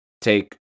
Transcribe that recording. take